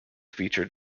featured